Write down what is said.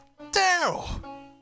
Daryl